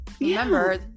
remember